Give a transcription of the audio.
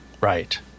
Right